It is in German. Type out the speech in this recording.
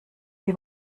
die